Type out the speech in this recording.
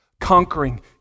conquering